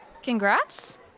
Congrats